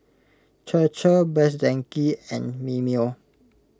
Chir Chir Best Denki and Mimeo